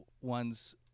one's